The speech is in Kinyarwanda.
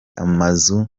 amazu